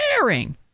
sharing